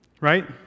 Right